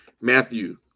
Matthew